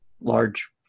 large